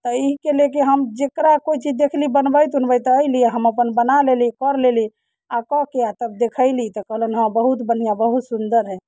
तऽ एहिके लऽ कऽ हम जकरा कोइ चीज देखली बनबैत उनबैत तऽ अयली आ हम अपन बना लेली कर लेली आ कऽ के आ तब देखयली तऽ कहलनि हँ बहुत बढ़िआँ बहुत सुन्दर हइ